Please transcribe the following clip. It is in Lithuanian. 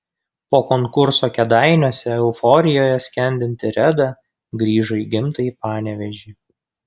po konkurso kėdainiuose euforijoje skendinti reda grįžo į gimtąjį panevėžį